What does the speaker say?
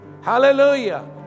Hallelujah